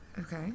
Okay